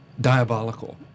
diabolical